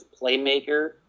playmaker